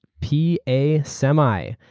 p. a. semi.